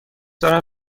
دارم